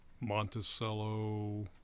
monticello